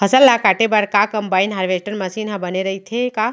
फसल ल काटे बर का कंबाइन हारवेस्टर मशीन ह बने रइथे का?